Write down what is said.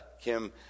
Kim